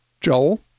Joel